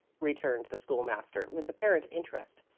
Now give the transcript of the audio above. returned the school-master, with apparent interest.